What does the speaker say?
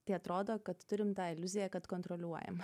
tai atrodo kad turim tą iliuziją kad kontroliuojam